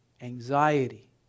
anxiety